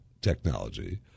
technology